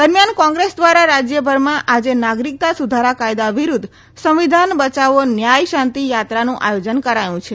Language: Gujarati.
દરમિયાન કોંગ્રેસ દ્વારા રાજ્યભરમાં આજે નાગરિકતા સુધારા કાયદા વિરુદ્ધ સંવિધાન બચાવો ન્યાય શાંતિ યાત્રાનું આયોજન કરાયું છે